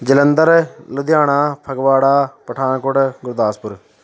Jalandhar Ludhiana Phagwara Pathankot Gurdaspur